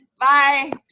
bye